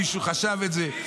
מישהו חשב את זה?